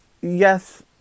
yes